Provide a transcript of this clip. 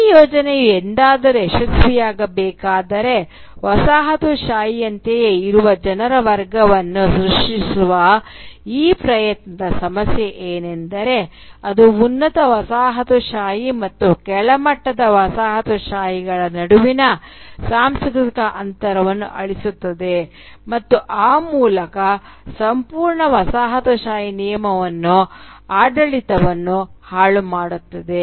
ಈ ಯೋಜನೆಯು ಎಂದಾದರೂ ಯಶಸ್ವಿಯಾಗಬೇಕಾದರೆ ವಸಾಹತುಶಾಹಿಯಂತೆಯೇ ಇರುವ ಜನರ ವರ್ಗವನ್ನು ಸೃಷ್ಟಿಸುವ ಈ ಪ್ರಯತ್ನದ ಸಮಸ್ಯೆ ಏನೆಂದರೆ ಅದು ಉನ್ನತ ವಸಾಹತುಶಾಹಿ ಮತ್ತು ಕೆಳಮಟ್ಟದ ವಸಾಹತುಶಾಹಿಗಳ ನಡುವಿನ ಸಾಂಸ್ಕೃತಿಕ ಅಂತರವನ್ನು ಅಳಿಸುತ್ತದೆ ಮತ್ತು ಆ ಮೂಲಕ ಸಂಪೂರ್ಣ ವಸಾಹತುಶಾಹಿ ನಿಯಮವನ್ನು ಆಡಳಿತವನ್ನು ಹಾಳು ಮಾಡುತ್ತದೆ